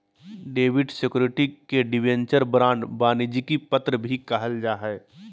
डेब्ट सिक्योरिटी के debenture, bond, वाणिज्यिक पत्र भी कहल जा हय